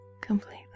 completely